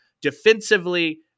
defensively